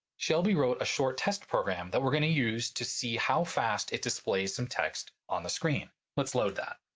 shelby wrote a short test program that we're going to use to see how fast it displays some text on the screen. let's load that.